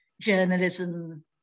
journalism